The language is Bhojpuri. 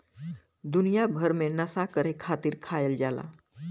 दुनिया भर मे नसा करे खातिर खायल जाला